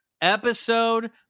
episode